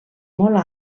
molt